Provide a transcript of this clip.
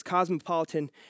cosmopolitan